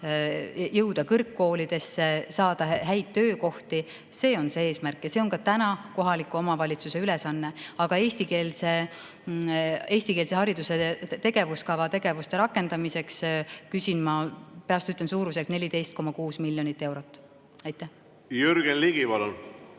jõuda kõrgkoolidesse, saada häid töökohti. See on see eesmärk ja see on ka praegu kohaliku omavalitsuse ülesanne. Aga eestikeelse hariduse tegevuskava tegevuste rakendamiseks küsin ma – peast ütlen praegu – suurusjärgus 14,6 miljonit eurot. Jürgen Ligi, palun!